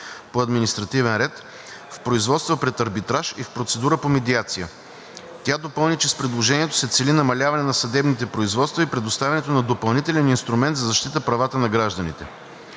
по административен ред, в производства пред арбитраж и в процедура по медиация. Тя допълни, че с предложението се цели намаляване на съдебните производства и предоставянето на допълнителен инструмент за защита правата на гражданите.